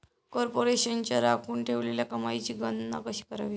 कॉर्पोरेशनच्या राखून ठेवलेल्या कमाईची गणना कशी करावी